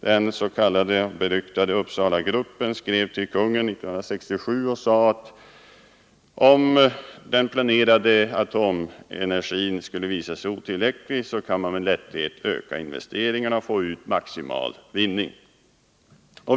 Den beryktade s.k. Uppsalagruppen anförde i en skrivelse till Konungen år 1967 att om den planerade satsningen på atomenergin skulle visa sig vara otillräcklig ”kan man dock med lätthet öka investeringarna och få ut maximal vinning”.